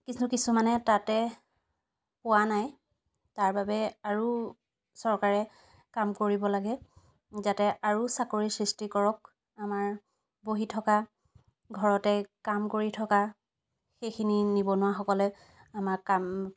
কিছু কিছুমানে তাতে পোৱা নাই তাৰ বাবে আৰু চৰকাৰে কাম কৰিব লাগে যাতে আৰু চাকৰি সৃষ্টি কৰক আমাৰ বহি থকা ঘৰতে কাম কৰি থকা সেইখিনি নিবনুৱা সকলে আমাৰ কাম